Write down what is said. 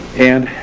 and